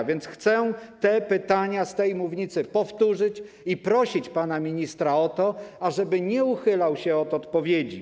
A więc chcę te pytania z tej mównicy powtórzyć i prosić pana ministra o to, ażeby nie uchylał się od odpowiedzi.